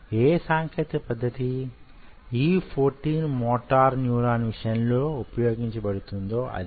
ఏ సాంకేతిక పద్ధతి E 14 motor న్యూరాన్ల విషయంలో ఉపయోగించబడుతోందో అదే